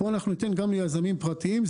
ופה אנחנו ניתן גם ליזמים פרטיים.